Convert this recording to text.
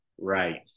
Right